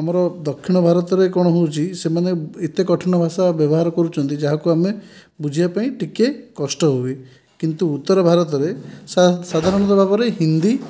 ଆମର ଦକ୍ଷିଣ ଭାରତରେ କ'ଣ ହେଉଛି ସେମାନେ ଏତେ କଠିନ ଭାଷା ବ୍ୟବହାର କରୁଛନ୍ତି ଯାହାକୁ ଆମେ ବୁଝିବା ପାଇଁ ଟିକେ କଷ୍ଟ ହୁଏ କିନ୍ତୁ ଉତ୍ତର ଭାରତରେ ସାଧାରଣତଃ ଭାବରେ ହିନ୍ଦୀ